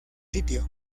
sitio